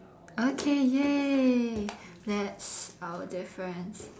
okay !yay! that's our difference